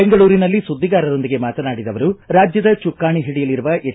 ಬೆಂಗಳೂರಿನಲ್ಲಿ ಸುದ್ದಿಗಾರರೊಂದಿಗೆ ಮಾತನಾಡಿದ ಅವರು ರಾಜ್ಯದ ಚುಕ್ಕಾಣಿ ಹಿಡಿಯಲರುವ ಎಚ್